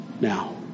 now